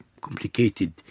complicated